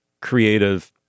creative